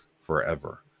forever